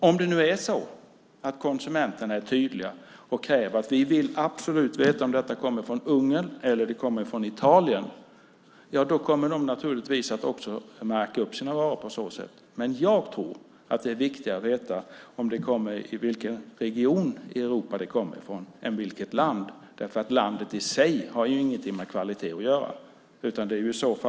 Om nu konsumenterna är tydliga och kräver att de absolut vill veta om en produkt kommer från Ungern eller Italien kommer producenterna naturligtvis att märka upp sina varor. Jag tror att det är viktigare att veta vilken region i Europa en vara kommer ifrån än vilket land. Landet i sig har ingenting med kvalitet att göra.